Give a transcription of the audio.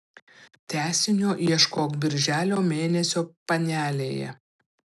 tęsinio ieškok birželio mėnesio panelėje